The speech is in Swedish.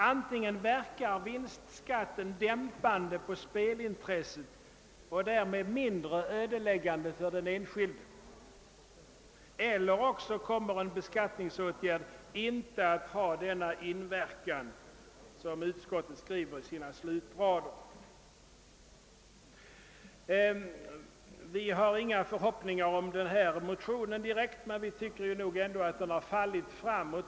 Antingen verkar vinstskatten dämpande på spelintresset och därmed mindre ödeläggande för den enskilde, eller också har en beskattningsåtgärd inte den inverkan som utskottet anför i sina slutrader. Vi har väl inte haft stora förhoppningar om motionen men tycker ändå att den i år har fallit framåt.